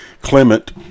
Clement